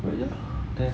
but ya then